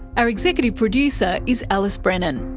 our executive producer is alice brennan.